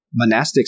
monastics